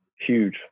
huge